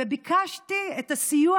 וביקשתי את הסיוע,